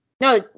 No